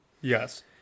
Yes